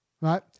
Right